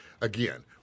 again